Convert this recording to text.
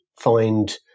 find